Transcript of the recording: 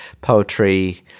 poetry